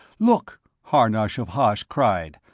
look! harnosh of hosh cried,